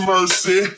Mercy